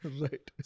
right